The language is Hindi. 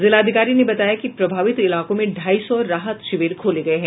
जिलाधिकारी ने बताया कि प्रभावित इलाकों में ढाई सौ राहत शिविर खोले गये हैं